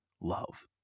love